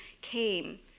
came